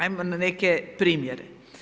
Ajmo na neke primjere.